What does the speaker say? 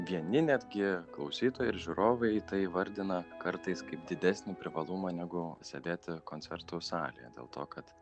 vieni netgi klausytojai ir žiūrovai tai įvardina kartais kaip didesnį privalumą negu sėdėti koncertų salėje dėl to kad